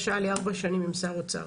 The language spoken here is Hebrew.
בגלל שהיה לי ארבע שנים עם שר אוצר.